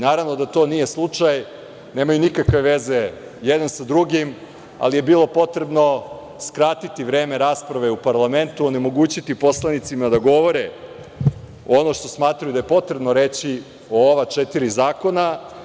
Naravno da to nije slučaj, nemaju nikakve veze jedan sa drugim, ali je bilo potrebno skratiti vreme rasprave u parlamentu, onemogućiti poslanicima da govore ono što smatraju da je potrebno reći o ova četiri zakona.